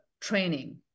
training